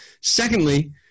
Secondly